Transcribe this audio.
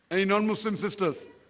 any non-muslim sisters